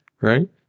Right